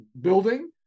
building